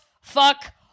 fuck